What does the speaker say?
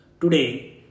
Today